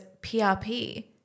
PRP